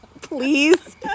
Please